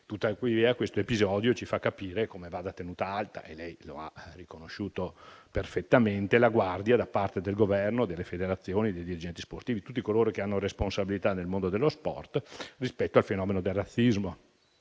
Tuttavia l'episodio ci fa capire come debba essere tenuta alta - e lei lo ha riconosciuto perfettamente - la guardia da parte del Governo, delle federazioni, degli agenti sportivi e di tutti coloro che hanno responsabilità nel mondo dello sport rispetto al fenomeno del razzismo,